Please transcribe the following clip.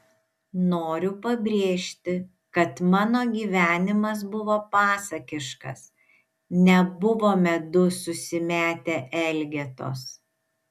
noriu pabrėžti kad mano gyvenimas buvo pasakiškas nebuvome du susimetę elgetos